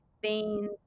beans